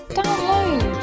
download